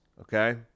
Okay